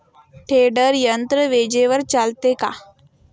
Tedder यंत्र विजेवर चालते का?